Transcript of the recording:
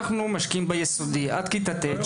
אנחנו מחזיקים בתכנים עד כיתה ט׳,